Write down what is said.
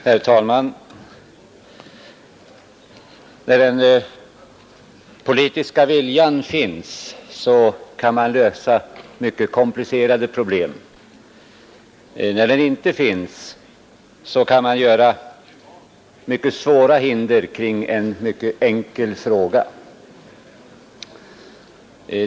Herr talman! När den politiska viljan finns kan man lösa mycket komplicerade problem; när den inte finns kan man resa svåra hinder kring en mycket enkel fråga.